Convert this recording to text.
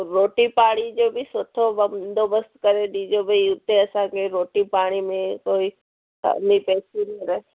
रोटी पाणी जो बि सुठो बंदोबस्तु करे ॾीजो भई उते असांखे रोटी पाणी में कोई कमी पेसी न रहे